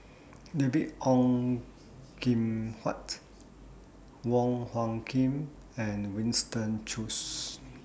David Ong Kim Huat Wong Hung Khim and Winston Choos